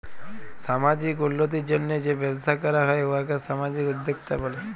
সামাজিক উল্লতির জ্যনহে যে ব্যবসা ক্যরা হ্যয় উয়াকে সামাজিক উদ্যোক্তা ব্যলে